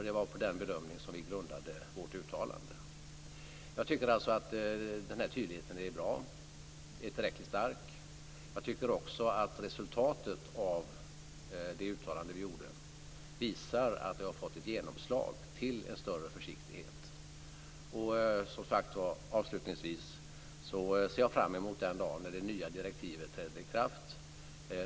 Det var på denna bedömning som vi grundade vårt uttalande. Jag tycker alltså att den här tydligheten är bra, att den är tillräckligt stark. Jag tycker också att resultatet av det uttalande som vi gjorde visar att det har fått ett genomslag för en större försiktighet. Som sagt var, avslutningsvis, ser jag fram emot den dagen när det nya direktivet träder i kraft.